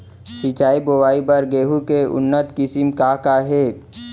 सिंचित बोआई बर गेहूँ के उन्नत किसिम का का हे??